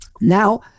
Now